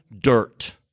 dirt